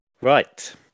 Right